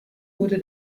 wurde